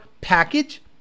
package